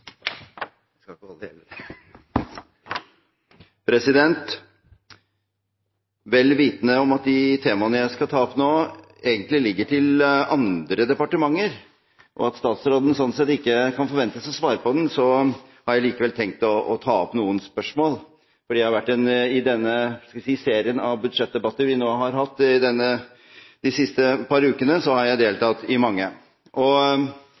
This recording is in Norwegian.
Vel vitende om at de temaene jeg skal ta opp nå, egentlig ligger til andre departementer, og at det sånn sett ikke forventes at statsråden skal svare, har jeg likevel tenkt å ta opp noen spørsmål. I – skal vi si – serien av budsjettdebatter vi nå har hatt de siste par ukene, har jeg deltatt i mange. Det har jeg gjort fordi veldig sentrale kulturpolitiske områder faktisk ligger til andre departementer. Jeg savner – og